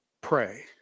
pray